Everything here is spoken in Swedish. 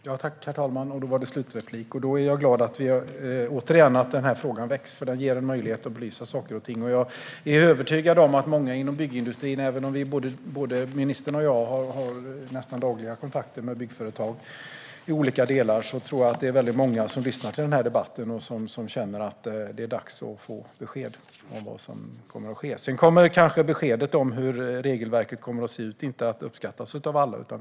Herr talman! Jag är glad för att den här frågan väcks. Den ger en möjlighet att belysa saker och ting. Även om både ministern och jag har nästan dagliga kontakter med byggföretag i olika delar tror jag att det är många inom byggindustrin som lyssnar till denna debatt och känner att det är dags att få besked om vad som kommer att ske. Beskedet om hur regelverket kommer att se ut kommer kanske inte att uppskattas av alla.